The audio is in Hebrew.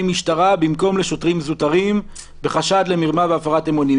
משטרה במקום לשוטרים זוטרים בחשד למרמה והפרת אמונים.